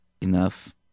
enough